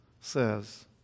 says